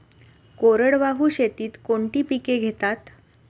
कोरडवाहू शेतीत कोणती पिके घेतात?